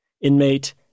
inmate